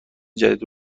جدید